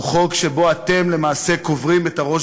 הוא חוק שבו אתם למעשה קוברים את הראש